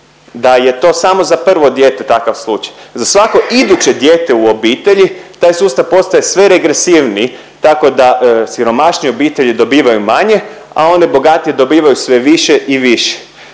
da je to samo za prvo dijete takav slučaj. Za svako iduće dijete u obitelji taj sustav postaje sve regresivniji tako da siromašnije obitelji dobivaju manje, a one bogatije dobivaju sve više i više.